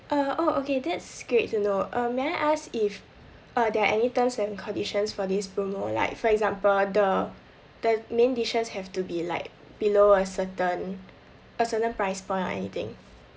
uh okay that's good to you know uh may I ask if uh there are any terms and conditions for this promo like for example the the main dishes have to be like below a certain a certain price point or anything